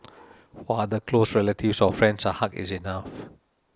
for other close relatives or friends a hug is enough